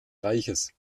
reiches